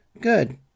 Good